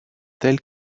tel